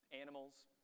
animals